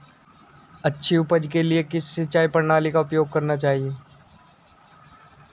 अच्छी उपज के लिए किस सिंचाई प्रणाली का उपयोग करना चाहिए?